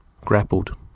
Grappled